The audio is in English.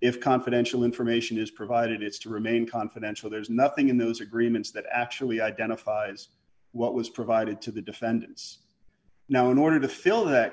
if confidential information is provided it's to remain confidential there's nothing in those agreements that actually identifies what was provided to the defendants now in order to fill that